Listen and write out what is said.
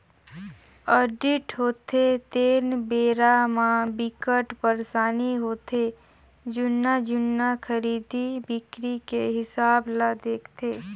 audit होथे तेन बेरा म बिकट परसानी होथे जुन्ना जुन्ना खरीदी बिक्री के हिसाब ल देखथे